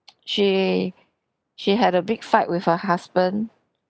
she she had a big fight with her husband